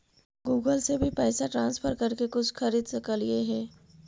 Google से भी पैसा ट्रांसफर कर के कुछ खरिद सकलिऐ हे?